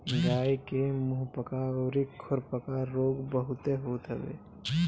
गाई के मुंहपका अउरी खुरपका रोग बहुते होते हवे